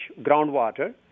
groundwater